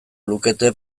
lukete